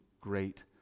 great